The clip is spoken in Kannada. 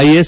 ಐಎಸ್